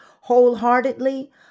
wholeheartedly